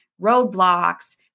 roadblocks